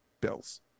Bills